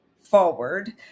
forward